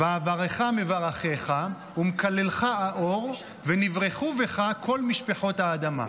"ואברכה מברכֶיךָ ומקלֶּלְךָ אָאֹר וְנִבְרְכוּ בך כל משפחות האדמה".